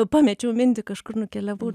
pamečiau mintį kažkur nukeliavau